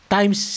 Times